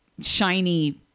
shiny